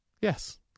Yes